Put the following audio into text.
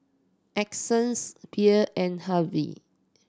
Essence Bea and Hervey